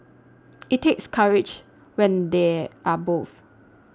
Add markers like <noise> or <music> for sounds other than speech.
<noise> it takes courage when they are both